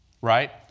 Right